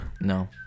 No